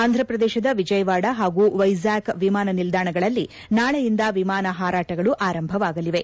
ಆಂಧಪ್ರದೇಶದ ವಿಜಯವಾಡ ಹಾಗೂ ವೈಜಾಗ್ ವಿಮಾನ ನಿಲ್ದಾಣಗಳಲ್ಲಿ ನಾಳೆಯಿಂದ ವಿಮಾನ ಹಾರಾಟಗಳು ಆರಂಭವಾಗಲಿವೆ